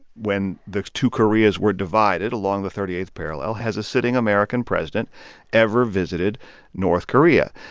when the two koreas were divided along the thirty eighth parallel, has a sitting american president ever visited north korea.